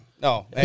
No